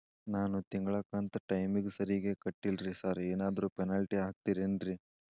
ನಾನು ತಿಂಗ್ಳ ಕಂತ್ ಟೈಮಿಗ್ ಸರಿಗೆ ಕಟ್ಟಿಲ್ರಿ ಸಾರ್ ಏನಾದ್ರು ಪೆನಾಲ್ಟಿ ಹಾಕ್ತಿರೆನ್ರಿ?